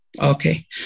Okay